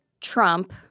Trump